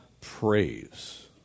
praise